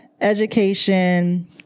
Education